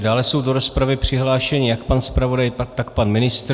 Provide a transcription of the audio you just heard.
Dále jsou do rozpravy přihlášeni jak pan zpravodaj, tak pan ministr.